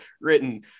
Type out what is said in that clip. written